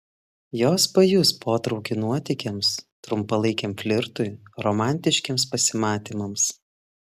jos pajus potraukį nuotykiams trumpalaikiam flirtui romantiškiems pasimatymams